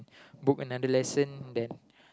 book another lesson then